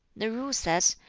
the rule says,